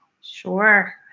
Sure